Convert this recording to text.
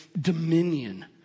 dominion